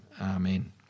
Amen